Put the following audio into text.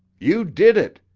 you did it!